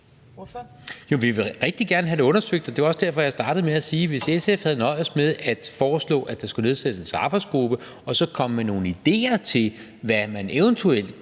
Jo, vi vil rigtig gerne have det undersøgt. Det var også derfor, jeg startede med at sige, at SF kunne have nøjedes med at foreslå, at der skulle nedsættes en arbejdsgruppe og så komme med nogle idéer til, hvad man eventuelt